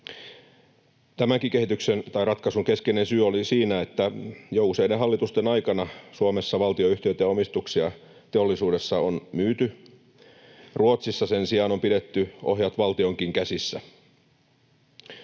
tai ratkaisun keskeinen syy oli siinä, että jo useiden hallitusten aikana Suomessa valtionyhtiöitä ja omistuksia teollisuudessa on myyty. Ruotsissa sen sijaan on pidetty ohjat valtionkin käsissä.